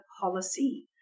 policy